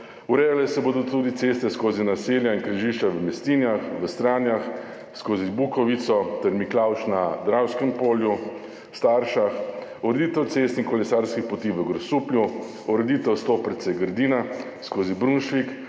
urejale se bodo tudi ceste skozi naselja in križišča v Mestinju, Stranjah, skozi Bukovico ter Miklavž na Dravskem polju, v Staršah, ureditev cest in kolesarskih poti v Grosuplju, ureditev Stoperce–Grdina skozi Brunšvik,